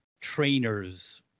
trainers